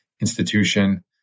institution